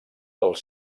els